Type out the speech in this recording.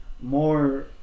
more